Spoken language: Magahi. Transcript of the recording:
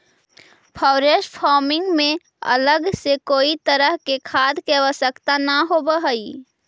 फॉरेस्ट फार्मिंग में अलग से कोई तरह के खाद के आवश्यकता न होवऽ हइ